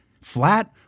flat